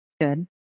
Good